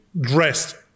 dressed